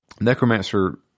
Necromancer